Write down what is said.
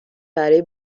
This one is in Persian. برای